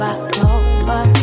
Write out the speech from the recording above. October